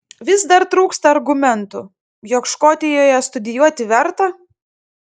vis dar trūksta argumentų jog škotijoje studijuoti verta